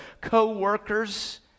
co-workers